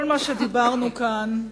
כל מה שדיברנו כאן,